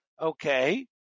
okay